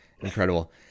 Incredible